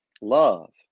Love